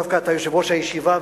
דווקא אתה יושב-ראש הישיבה,